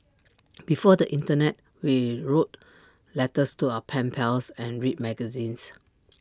before the Internet we wrote letters to our pen pals and read magazines